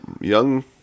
young